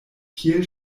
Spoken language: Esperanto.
kiel